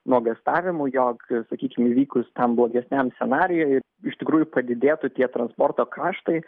nuogąstavimų jog sakykim įvykus tam blogesniam scenarijui iš tikrųjų padidėtų tie transporto kaštai